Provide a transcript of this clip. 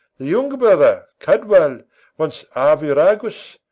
the younger brother, cadwal, once arviragus,